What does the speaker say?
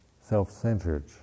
self-centered